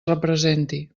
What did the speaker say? representi